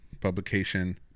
publication